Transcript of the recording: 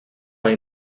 hay